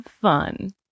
fun